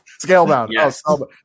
Scalebound